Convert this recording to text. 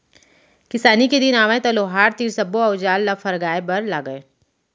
किसानी के दिन आवय त लोहार तीर सब्बो अउजार ल फरगाय बर लागय